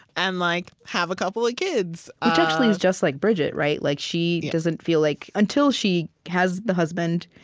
and like have a couple of kids which ah actually is just like bridget, right? like she doesn't feel like, until she has the husband,